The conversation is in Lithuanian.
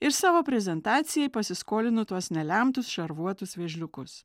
ir savo prezentacijai pasiskolinu tuos nelemtus šarvuotus vėžliukus